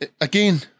Again